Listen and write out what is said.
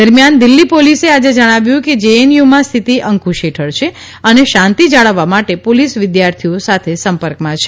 દરમિયાન દિલ્હી પોલીસે આજે જણાવ્યું છે કે જેએનયુમાં સ્થિત અંકુશ હેઠળ છે અને શાંતિ જાળવવા માટે પોલીસ વિદ્યાર્થીઓ સાથે સંપર્કમાં છે